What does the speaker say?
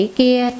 kia